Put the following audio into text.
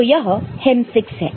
तो यह m6 है